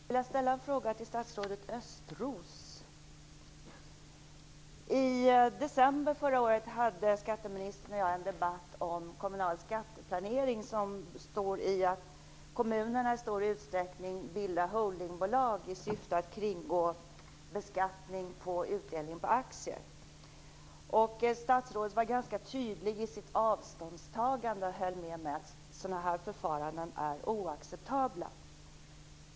Herr talman! Jag skulle vilja ställa en fråga till statsrådet Östros. I december förra året hade skatteministern och jag en debatt om kommunal skatteplanering som består i att kommunerna i större utsträckning bildar holdingbolag i syfte att kringgå beskattning på utdelningen på aktier. Statsrådet var ganska tydlig i sitt avståndstagande. Han höll med mig om att sådana här förfaranden är oacceptabla.